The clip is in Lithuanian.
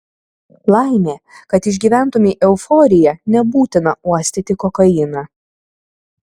laimė kad išgyventumei euforiją nebūtina uostyti kokainą